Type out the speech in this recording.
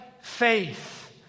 faith